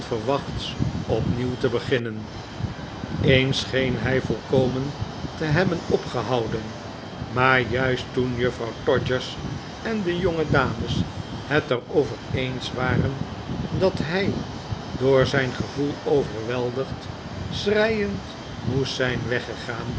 opnieuw te beginnen eens scheen hij volkomen te hebben opgehouden maar juist toen juffrouw todgers en de jongedames het er over eens waren dat hij door zijn gevoel overweldigd schreiend moest zijn weggegaan